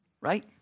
Right